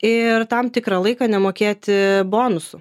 ir tam tikrą laiką nemokėti bonusų